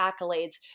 accolades